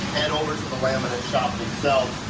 hand over the laminate shopping itself.